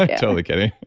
ah to and kidding.